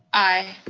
aye.